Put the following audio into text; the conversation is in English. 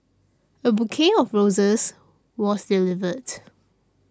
a bouquet of roses was delivered